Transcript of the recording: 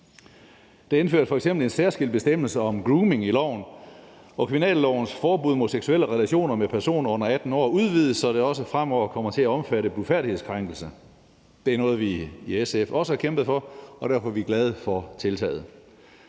Der indføres f.eks. en særskilt bestemmelse om grooming i loven, og kriminallovens forbud mod seksuelle relationer med personer under 18 år udvides, så det fremover også kommer til at omfatte blufærdighedskrænkelser. Det er også noget, vi i SF har kæmpet for, og derfor er vi glade for tiltaget.